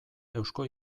eusko